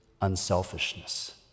unselfishness